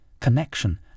connection